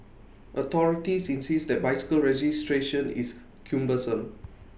authorities insist that bicycle registration is cumbersome